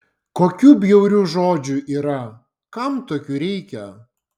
kokių bjaurių žodžių yra kam tokių reikia